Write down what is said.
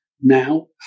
now